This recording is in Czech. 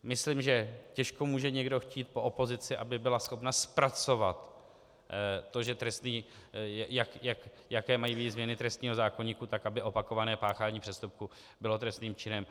Myslím, že těžko může někdo chtít po opozici, aby byla schopna zpracovat to, jaké mají být změny trestního zákoníku tak, aby opakované páchání přestupků bylo trestným činem.